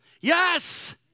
Yes